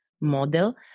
model